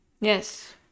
Yes